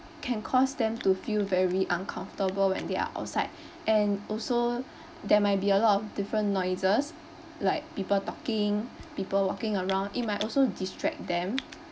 can cause them to feel very uncomfortable when they are outside and also there might be a lot of different noises like people talking people walking around it might also distract them